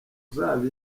zaba